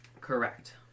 Correct